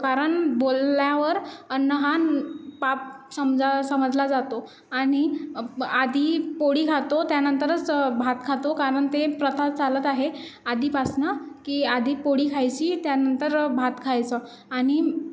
कारण बोलल्यावर अन्न हा पाप समजा समजला जातो आणि अप आधी पोळी खातो त्यानंतरच भात खातो कारण ते प्रथा चालत आहे आधीपासनं की आधी पोळी खायसी त्यानंतर भात खायचं आणि